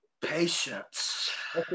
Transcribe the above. Patience